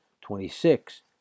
twenty-six